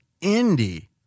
Indy